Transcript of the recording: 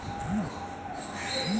Investment bond काहे कारल जाला?